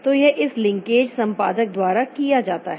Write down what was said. तो यह इस लिंकेज संपादक द्वारा किया जाता है